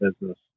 business